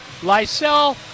Lysel